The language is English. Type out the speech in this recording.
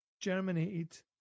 germinated